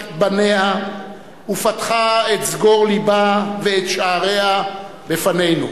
בניה ופתחה את סגור לבה ואת שעריה בפנינו.